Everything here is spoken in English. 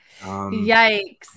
Yikes